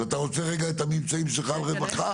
אתה רוצה רגע את הממצאים שלך על רווחה?